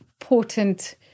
important